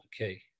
okay